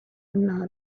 knot